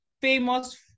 famous